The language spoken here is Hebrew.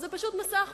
שזה פשוט מסע הכפשה.